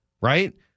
Right